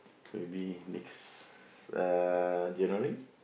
maybe next uh January